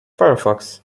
firefox